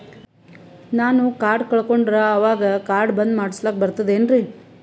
ನಾನು ಕಾರ್ಡ್ ಕಳಕೊಂಡರ ಅವಾಗ ಕಾರ್ಡ್ ಬಂದ್ ಮಾಡಸ್ಲಾಕ ಬರ್ತದೇನ್ರಿ?